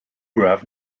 graph